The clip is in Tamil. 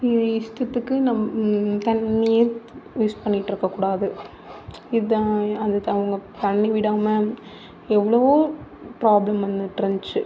இஷ்டத்துக்கு நம் தண்ணியை யூஸ் பண்ணிகிட்ருக்க கூடாது இதான் அதுக்கு அவங்கள் தண்ணிர் விடாமல் எவ்வளோவோ ப்ராப்ளம் வந்துகிட்ருந்துச்சி